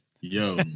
yo